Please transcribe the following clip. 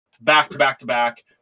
back-to-back-to-back